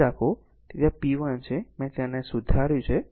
તેથી આ p 1 છે મેં તેને સુધાર્યું છે